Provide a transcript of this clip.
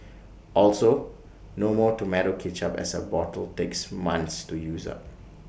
also no more Tomato Ketchup as A bottle takes months to use up